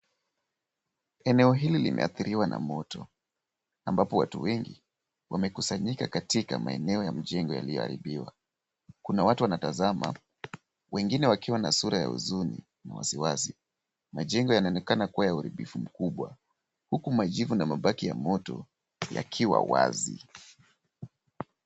Eneo hili limeathiriwa na moto, ambapo watu wengi wamekusanyika katika maeneo ya mjengo iliyoaribiwa. kuna watu wanatazama, wengine wakiwa na sura ya huzuni na wasiwasi. Majengo yanaonekana kuwa ya uharibifu mkubwa. Huku majivu na mabaki ya moto yakiwa wazi.